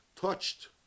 touched